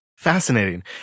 Fascinating